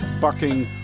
bucking